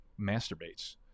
masturbates